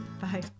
bye